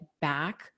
back